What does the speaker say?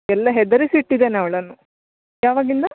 ಎಲ್ಲ ಹೆದರಿಸಿಟ್ಟಿದ್ದೇನೆ ಅವಳನ್ನು ಯಾವಾಗಿಂದ